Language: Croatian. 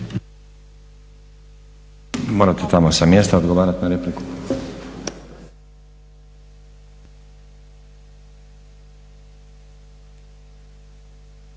Morate tamo sa mjesta odgovarati na repliku.